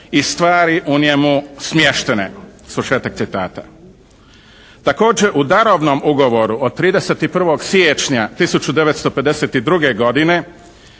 i stvari u njemu smještene." Svršetak citata. Također, u darovnom ugovoru od 31. siječnja 1952. godine